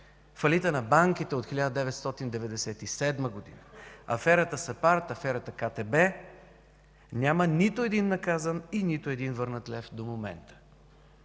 фалита на банките от 1997 г., аферата САПАРД, аферата КТБ няма нито един наказан и нито един върнат лев до момента.